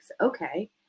Okay